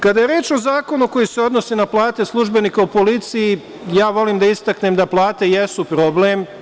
Kada je reč o zakonu koji se odnosi na plate službenika u policiji, volim da istaknem da plate jesu problem.